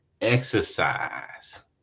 exercise